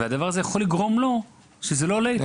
והדבר הזה יכול לגרום לו שזה לא עולה איתו.